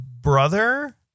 brother